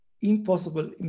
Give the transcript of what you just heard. impossible